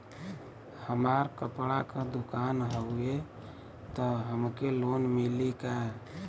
हमार कपड़ा क दुकान हउवे त हमके लोन मिली का?